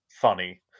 funny